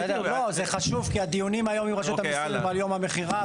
זה חשוב כי הדיונים היום עם רשות המיסים הם על יום המכירה.